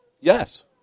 Yes